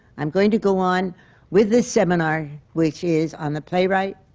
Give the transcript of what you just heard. i'm going to go on with this seminar, which is on the playwright,